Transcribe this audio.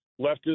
leftist